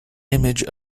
image